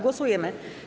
Głosujemy.